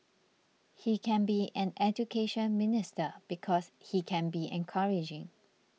he can be an Education Minister because he can be encouraging